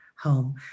home